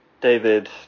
David